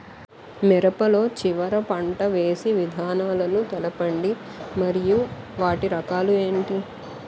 మిరప లో చివర పంట వేసి విధానాలను తెలపండి మరియు వాటి రకాలు ఏంటి